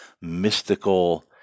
mystical